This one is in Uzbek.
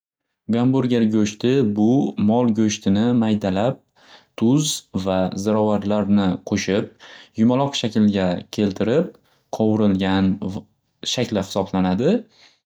Gamburger go'shti bu mol go'shtini maydalab tuz va zirovorlarni qo'shib yumaloq shaklga keltirib qovirilgan shakli xisoblanadi.